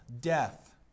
death